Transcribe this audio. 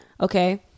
Okay